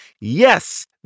Yes